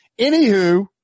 Anywho